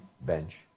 bench